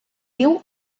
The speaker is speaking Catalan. viu